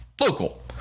Local